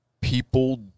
People